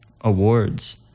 awards